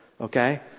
Okay